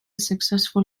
successful